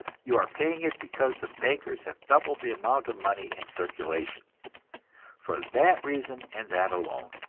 you are paying it because the bankers have doubled the amount of money in circulation for that reason and that alone.